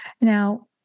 Now